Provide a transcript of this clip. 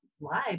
live